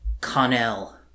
Connell